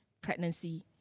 pregnancy